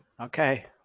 Okay